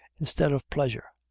instead of pleasure.